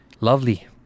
Lovely